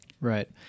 right